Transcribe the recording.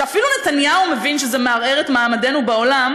שאפילו נתניהו מבין שזה מערער את מעמדנו בעולם,